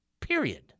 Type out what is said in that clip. Period